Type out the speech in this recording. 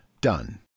done